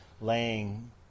laying